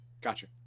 Gotcha